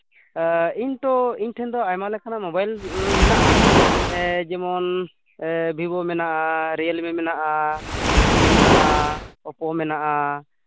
ᱤᱧ ᱛᱚ ᱤᱧ ᱴᱷᱮᱱ ᱛᱚ ᱟᱭᱢᱟ ᱞᱮᱠᱟᱱᱟᱜ ᱢᱳᱵᱟᱭᱤᱞ ᱢᱮᱱᱟᱜᱼᱟ ᱡᱮᱢᱚᱱ ᱵᱷᱤᱵᱳ ᱢᱮᱱᱟᱜᱼᱟ ᱨᱤᱭᱮᱞᱢᱤ ᱢᱮᱱᱟᱜᱼᱟ ᱨᱮᱰᱢᱤ ᱢᱮᱱᱟᱜᱼᱟ ᱚᱯᱳ ᱢᱮᱱᱟᱜᱼᱟ